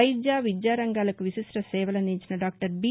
వైద్య విద్యా రంగాలకు విశిష్ట సేవలు అందించిన డాక్టర్ బి